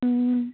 ꯎꯝ